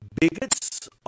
bigots